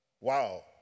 Wow